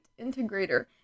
integrator